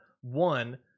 One